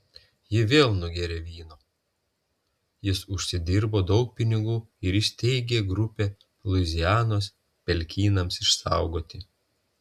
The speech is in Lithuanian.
ji vėl nugėrė vyno jis užsidirbo daug pinigų ir įsteigė grupę luizianos pelkynams išsaugoti